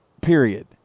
period